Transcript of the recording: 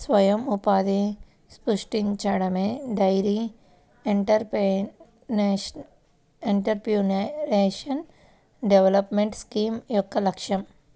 స్వయం ఉపాధిని సృష్టించడమే డెయిరీ ఎంటర్ప్రెన్యూర్షిప్ డెవలప్మెంట్ స్కీమ్ యొక్క లక్ష్యం